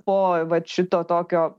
po vat šito tokio